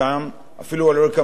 אפילו על רקע משפחתי,